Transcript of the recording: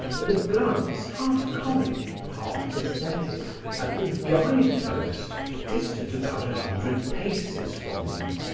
with a glance half-comic, half-pathetic at the guide-post distant about a hundred paces from them.